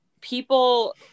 people